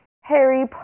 Harry